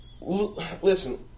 Listen